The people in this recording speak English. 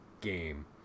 game